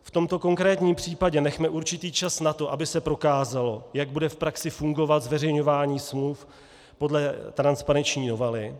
V tomto konkrétním případě nechme určitý čas na to, aby se prokázalo, jak bude v praxi fungovat zveřejňování smluv podle transparenční novely.